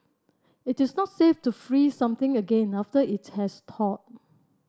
it is not safe to freeze something again after it has thawed